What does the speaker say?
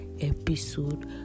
episode